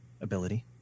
ability